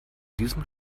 diesem